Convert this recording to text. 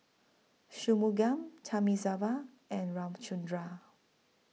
Shunmugam Thamizhavel and Ramchundra